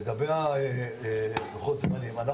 לגבי לוחות הזמנים,